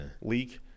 leak